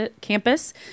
campus